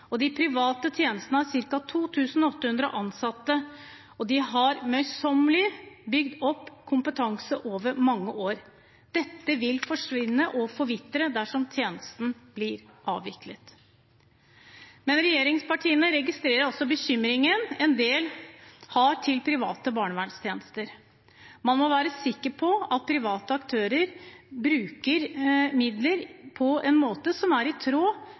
De private tjenestene har ca. 2 800 ansatte, og de har møysommelig bygd opp kompetanse over mange år. Dette vil forsvinne og forvitre dersom tjenesten blir avviklet. Regjeringspartiene registrerer også bekymringen en del har når det gjelder private barnevernstjenester. Man må være sikker på at private aktører bruker midler på en måte som er i tråd